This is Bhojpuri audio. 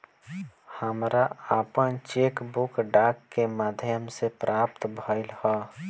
हमरा आपन चेक बुक डाक के माध्यम से प्राप्त भइल ह